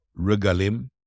Regalim